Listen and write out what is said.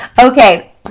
Okay